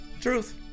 truth